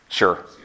Sure